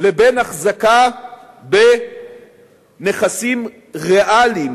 לבין אחזקה בנכסים ריאליים,